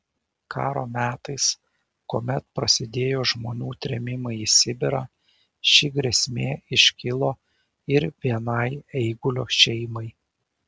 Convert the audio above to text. karo metais kuomet prasidėjo žmonių trėmimai į sibirą ši grėsmė iškilo ir vienai eigulio šeimai